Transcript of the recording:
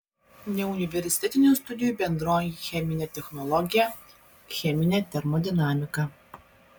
neuniversitetinių studijų bendroji cheminė technologija cheminė termodinamika